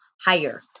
higher